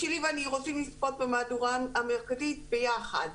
שלי ואני רוצים לצפות במהדורה המרכזית ביחד,